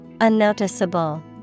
unnoticeable